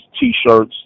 T-shirts